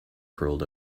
curled